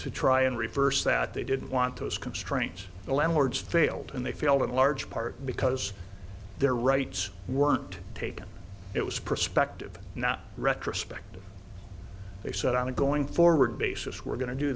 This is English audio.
to try and reverse that they didn't want to as constraints the landlords failed and they failed in large part because their rights weren't taken it was prospective not retrospective they said on it going forward basis we're going to do